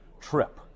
trip